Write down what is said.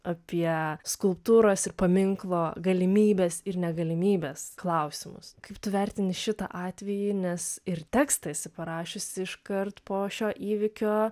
apie skulptūros ir paminklo galimybes ir negalimybes klausimus kaip tu vertini šitą atvejį nes ir tekstą esi parašiusi iškart po šio įvykio